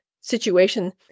situation